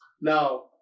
Now